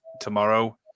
tomorrow